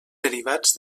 derivats